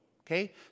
Okay